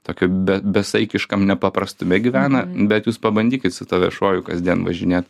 tokiam besaikiškam nepaprastume gyvena bet jūs pabandykit su tuo viešuoju kasdien važinėt